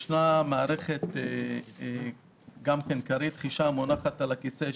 יש מערכת כרית חישה המונחת על הכיסא,